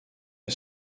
est